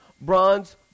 bronze